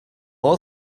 all